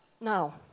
No